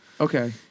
Okay